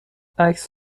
عکس